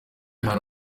hari